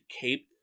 cape